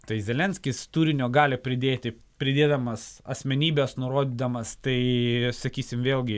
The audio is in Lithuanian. tai zelenskis turinio gali pridėti pridėdamas asmenybes nurodydamas tai sakysim vėlgi